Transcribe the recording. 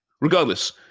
Regardless